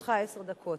לרשותך עשר דקות.